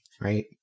right